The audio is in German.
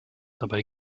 dabei